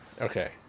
Okay